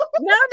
No